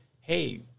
hey